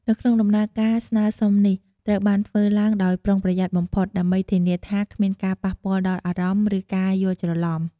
នៅក្នុង ដំណើរការស្នើសុំនេះ ត្រូវបានធ្វើឡើងដោយប្រុងប្រយ័ត្នបំផុត ដើម្បីធានាថាគ្មានការប៉ះពាល់ដល់អារម្មណ៍ ឬការយល់ច្រឡំ។